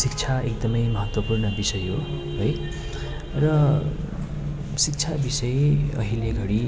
शिक्षा एकदमै महत्त्वपूर्ण विषय हो है र शिक्षा विषय अहिले घडी